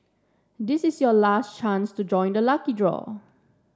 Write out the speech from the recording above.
this is your last chance to join the lucky draw